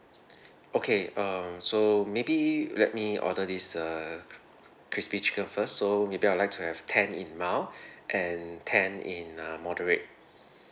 okay um so maybe let me order this uh c~ c~ crispy chicken first so maybe I'd like to have ten in mild and ten in uh moderate